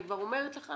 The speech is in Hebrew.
אני כבר אומרת לך